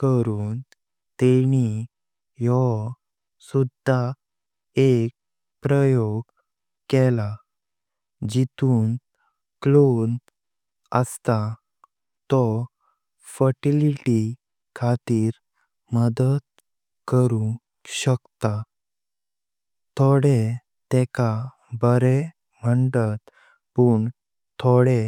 करून तेनी यो सुधा एक प्रयोग केला जेतून क्लोन अस्त। तो फर्टीलिटी खातीर मदद करुंग शकता थोडे तेका बारा मंतात पण थोडे